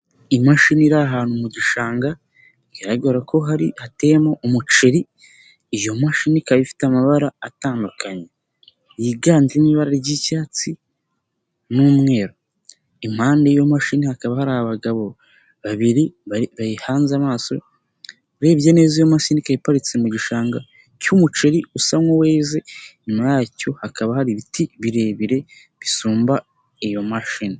Imashini iri ahantu mu gishanga biragaragara ko hari hateyemo umuceri, iyo mashini ikaba ifite amabara atandukanye, yiganjemo ibara ry'icyatsi n'umweru, impande y'iyo mashini hakaba hari abagabo babiri bayihanze amaso, urebye neza iyo mashini ika iparitse mu gishanga cy'umuceri usa nk'uweze, inyuma yacyo hakaba hari ibiti birebire bisumba iyo mashini.